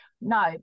No